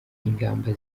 ingamba